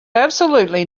absolutely